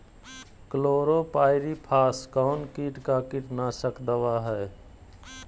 Chlorpyrifos कौन किट का कीटनाशक दवा है?